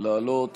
לעלות